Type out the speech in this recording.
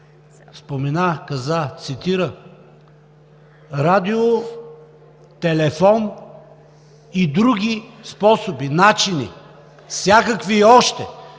спомена, цитира – радио, телефон и други способи, начини, всякакви и още.